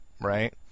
right